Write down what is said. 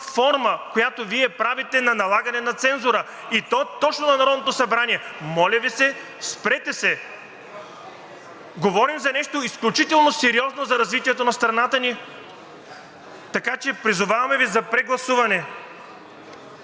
която Вие правите, на налагане на цензура, и то точно на Народното събрание. Моля Ви, спрете се! Говорим за нещо изключително сериозно за развитието на страната ни, така че призоваваме Ви за прегласуване.